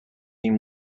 این